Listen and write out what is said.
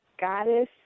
goddess